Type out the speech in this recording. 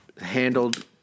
handled